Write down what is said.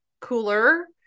cooler